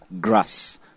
grass